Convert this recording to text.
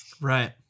Right